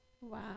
wow